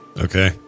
Okay